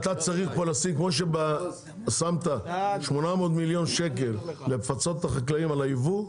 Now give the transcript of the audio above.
כמו ששמת 800 מיליון שקל לפצות את החקלאים על היבוא,